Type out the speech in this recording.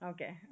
Okay